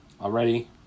already